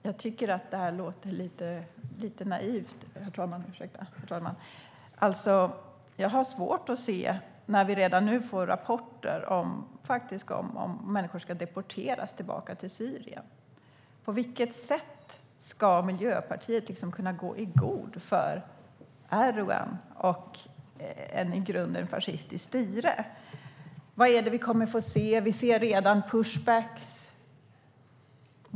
Herr talman! Jag tycker att det låter lite naivt. När vi redan nu får rapporter om att människor ska deporteras tillbaka till Syrien har jag lite svårt att se på vilket sätt Miljöpartiet ska kunna gå i god för Erdogan och ett i grunden fascistiskt styre. Vad är det vi kommer att få se? Vi ser redan push backs.